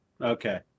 Okay